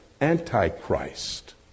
Antichrist